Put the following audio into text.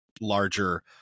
larger